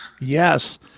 yes